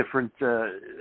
different